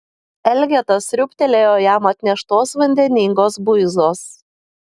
elgeta sriūbtelėjo jam atneštos vandeningos buizos